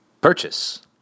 purchase